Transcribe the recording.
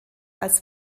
als